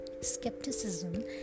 Skepticism